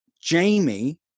Jamie